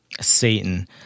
Satan